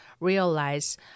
realize